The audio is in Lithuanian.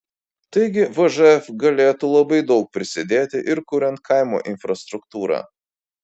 taigi vžf galėtų labai daug prisidėti ir kuriant kaimo infrastruktūrą